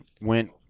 went